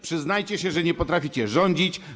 Przyznajcie się, że nie potraficie rządzić.